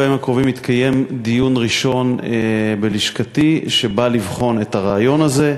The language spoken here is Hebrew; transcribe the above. בימים הקרובים יתקיים דיון ראשון בלשכתי שבא לבחון את הרעיון הזה.